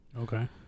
Okay